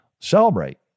celebrate